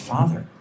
Father